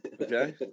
Okay